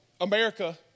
America